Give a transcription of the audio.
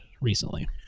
recently